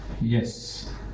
Yes